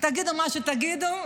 תגידו מה שתגידו,